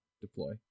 deploy